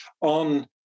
on